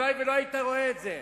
הלוואי שלא היית רואה את זה.